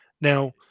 Now